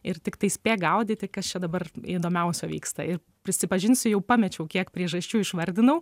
ir tiktai spėk gaudyti kas čia dabar įdomiausio vyksta ir prisipažinsiu jau pamečiau kiek priežasčių išvardinau